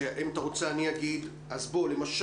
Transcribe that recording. אם אתה רוצה אז אני אגיד: למשל,